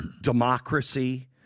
democracy